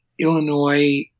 Illinois